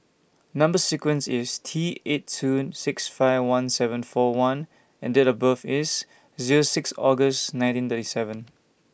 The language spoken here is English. Number sequence IS T eight two six five one seven four one and Date of birth IS Zero six August nineteen thirty seven